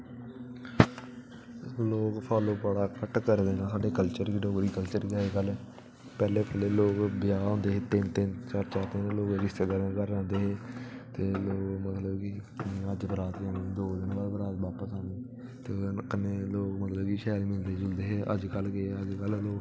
लोग फॉलो बड़ा घट्ट करदे ऐ कल्चर गी साढ़े डोगरी कल्चर गी पैह्लें लोग ब्याह् होंदे हे तिन तिन चार चार दिन बी रिश्तेदारें दे घर रौहंदे हे ते पैह्लें मतलब अज्ज बारात जानी ते दौ दिन बाद बारात बापस औनी ते कन्नै लोग मतलब शैल मिलदे जुलदे हे अज्जकल ते अज्जकल